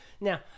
Now